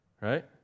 Right